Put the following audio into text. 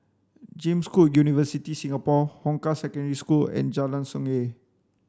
James Cook University Singapore Hong Kah Secondary School and Jalan Sungei